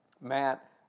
Matt